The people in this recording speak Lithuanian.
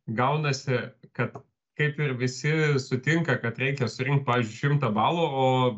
gaunasi kad kaip ir visi sutinka kad reikia surinkt šimtą balų o